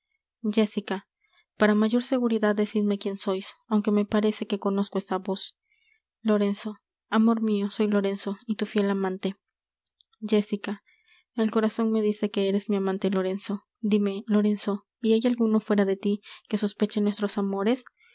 jéssica para mayor seguridad decidme quién sois aunque me parece que conozco esa voz lorenzo amor mio soy lorenzo y tu fiel amante jéssica el corazon me dice que eres mi amante lorenzo dime lorenzo y hay alguno fuera de tí que sospeche nuestros amores